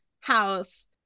house